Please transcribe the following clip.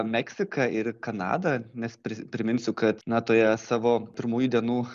meksiką ir į kanadą nes pris priminsiu kad na toje savo pirmųjų dienų